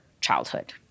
childhood